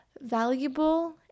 valuable